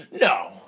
no